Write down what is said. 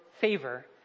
favor